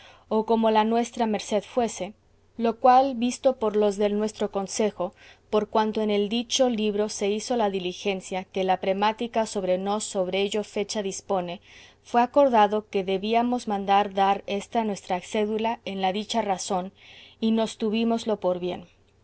o como la nuestra merced fuese lo cual visto por los del nuestro consejo por cuanto en el dicho libro se hizo la diligencia que la premática por nos sobre ello fecha dispone fue acordado que debíamos mandar dar esta nuestra cédula en la dicha razón y nos tuvímoslo por bien